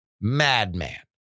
madman